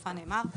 בסופה נאמר: